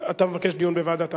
אתה מבקש דיון בוועדת הפנים.